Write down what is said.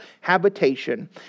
habitation